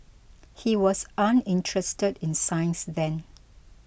he was uninterested in science then